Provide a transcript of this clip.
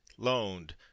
Loaned